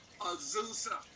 Azusa